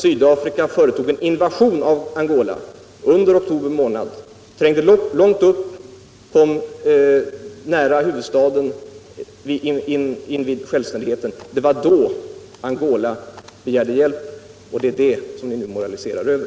Sydafrika företog en invasion i Angola under oktober månad, trängde långt upp och kom nära huvudstaden i samband med självständigheten. Det var då Angola begärde hjälp. och det är det som ni nu moraliscerar Över.